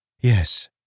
Yes